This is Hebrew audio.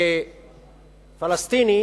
פלסטיני